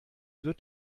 wird